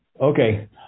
Okay